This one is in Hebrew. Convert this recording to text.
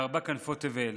בארבע כנפות תבל,